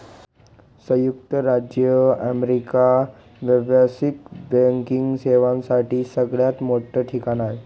संयुक्त राज्य अमेरिका व्यावसायिक बँकिंग सेवांसाठी सगळ्यात मोठं ठिकाण आहे